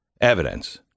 evidence